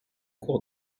cour